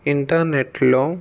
ఇంటర్నెట్లో